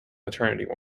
maternity